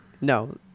No